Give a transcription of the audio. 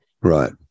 right